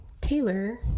Taylor